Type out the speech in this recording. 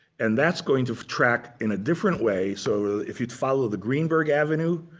and that's going to track in a different way. so if you'd follow the greenberg avenue,